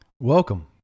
Welcome